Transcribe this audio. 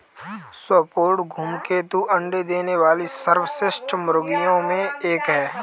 स्वर्ण धूमकेतु अंडे देने वाली सर्वश्रेष्ठ मुर्गियों में एक है